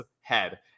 head